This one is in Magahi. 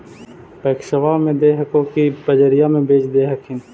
पैक्सबा मे दे हको की बजरिये मे बेच दे हखिन?